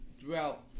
throughout